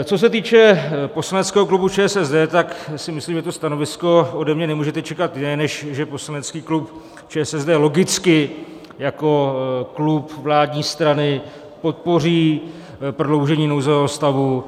Co se týče poslaneckého klubu ČSSD, tak si myslím, že to stanovisko ode mne nemůžete čekat jiné, než že poslanecký klub ČSSD logicky jako klub vládní strany podpoří prodloužení nouzového stavu.